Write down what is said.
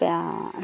ആ